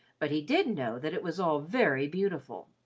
but he did know that it was all very beautiful.